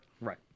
Right